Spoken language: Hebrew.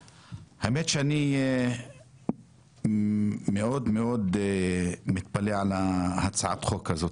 האמת היא שאני מאוד מאוד מתפלא על הצעת החוק הזאת,